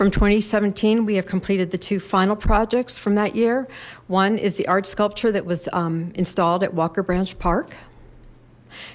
and seventeen we have completed the two final projects from that year one is the art sculpture that was installed at walker branch park